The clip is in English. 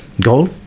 goal